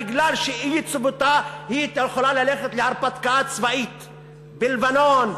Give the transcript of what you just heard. בגלל אי-יציבותה היא יכולה ללכת להרפתקה צבאית בלבנון,